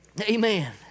Amen